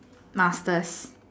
masters